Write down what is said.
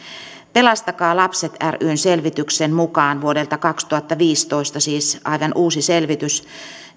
pelastakaa lapset ryn selvityksen mukaan vuodelta kaksituhattaviisitoista siis aivan uusi selvitys